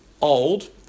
old